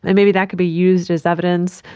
and maybe that could be used as evidence,